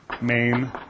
main